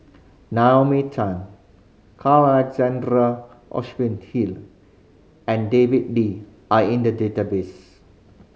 Naomi Tan Carl Alexander Hill and David Lee are in the database